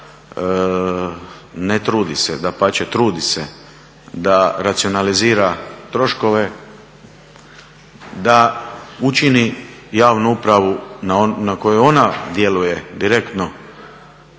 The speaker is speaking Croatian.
ne trudi se, dapače trudi se da racionalizira troškove, da učini javnu upravu na kojoj ona djeluje direktno